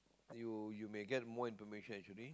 you you may get more information actually